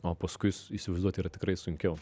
o paskui įsivaizduoti yra tikrai sunkiau